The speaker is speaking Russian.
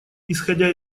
исходя